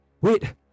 Wait